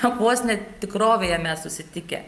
kaip vos ne tikrovėje mes susitikę